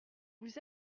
vous